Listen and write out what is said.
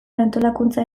antolakuntza